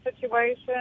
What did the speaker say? situation